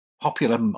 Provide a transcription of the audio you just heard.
popular